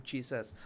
Jesus